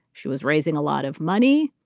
she was raising a lot of money.